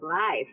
life